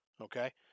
okay